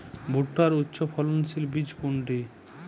ভূট্টার উচ্চফলনশীল বীজ কোনটি?